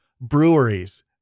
breweries